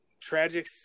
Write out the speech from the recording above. tragic